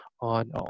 on